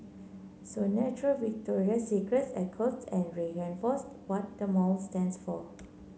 so natural Victoria's Secret echoes and reinforce what the mall stands for